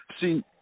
See